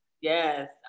Yes